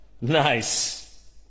Nice